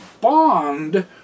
bond